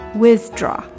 withdraw